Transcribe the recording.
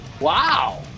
Wow